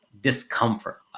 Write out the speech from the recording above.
discomfort